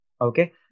Okay